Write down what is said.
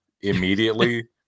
immediately